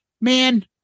man